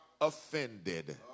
offended